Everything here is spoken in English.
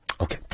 Okay